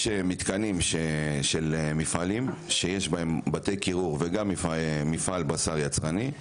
יש מתקנים של מפעלים שיש בהם בתי קירור וגם מפעל בשר יצרני.